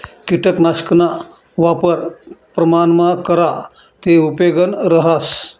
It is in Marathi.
किटकनाशकना वापर प्रमाणमा करा ते उपेगनं रहास